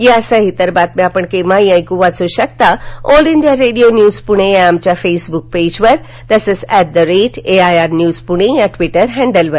यासह इतर बातम्या आपण केव्हाही वाचू ऐकू शकता All India Radio news Pune या आमच्या फेसब्रक पेजवर तसंच ऍट एआयआर न्यूज पुणे या ट्विटर हँडलवर